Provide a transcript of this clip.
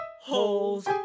holes